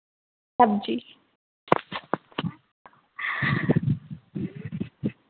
सब्ज़ी